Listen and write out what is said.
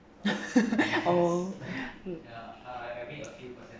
oh